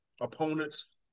opponents